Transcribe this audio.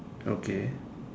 okay